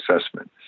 assessment